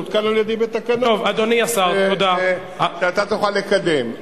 יעודכן על-ידי בתקנות שאתה תוכל לקדם.